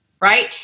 right